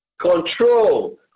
Control